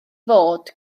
fod